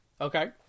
Okay